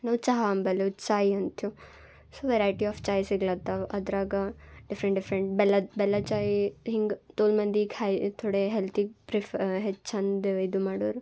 ನಾವ್ ಚಹಾ ಅಂಬಲು ಚಾಯ್ ಅಂತೀವಿ ಸೋ ವೆರೈಟಿ ಆಫ್ ಚಾಯ್ ಸಿಗ್ಲತ್ತಾವ ಅದರಾಗ ಡಿಫ್ರೆಂಟ್ ಡಿಫ್ರೆಂಟ್ ಬೆಲ್ಲದ ಬೆಲ್ಲದ್ ಚಾಯಿ ಹಿಂಗೆ ತೋಲು ಮಂದಿ ಘಾಯ್ ಥೊಡೆ ಹೆಲ್ತಿಗೆ ಪ್ರಿಫ್ ಹೆ ಚಂದ ಇದು ಮಾಡೋರು